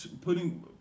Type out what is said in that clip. Putting